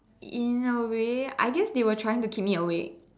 in a way I guess they were trying to keep me awake